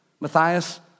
Matthias